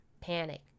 panic